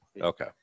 Okay